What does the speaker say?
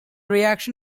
reaction